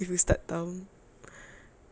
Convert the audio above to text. with ustaz tam